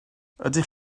ydych